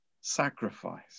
sacrifice